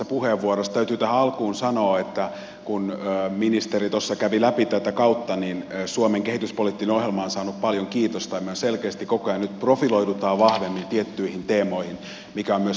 täytyy tähän alkuun sanoa kun ministeri tuossa kävi läpi tätä kautta että suomen kehityspoliittinen ohjelma on saanut paljon kiitosta ja me selkeästi koko ajan nyt profiloidumme vahvemmin tiettyihin teemoihin mikä on myös tärkeää